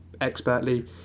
expertly